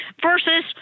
versus